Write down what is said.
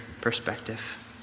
perspective